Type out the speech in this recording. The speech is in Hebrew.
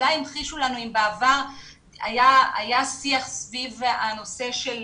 אם בעבר היה שיח סביב הנושא של